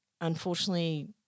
unfortunately